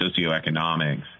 socioeconomics